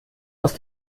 aus